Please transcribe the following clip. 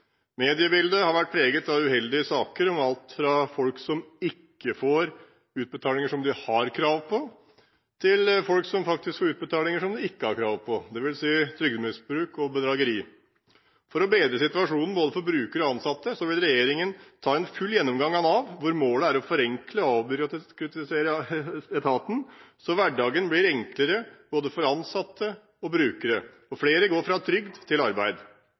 krav på, til folk som får utbetalinger de ikke har krav på, dvs. trygdemisbruk og bedrageri. For å bedre situasjonen både for brukere og ansatte vil regjeringen ta en full gjennomgang av Nav, hvor målet er å forenkle og avbyråkratisere etaten, så hverdagen blir enklere både for ansatte og brukere og flere kan gå fra trygd til arbeid.